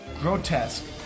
grotesque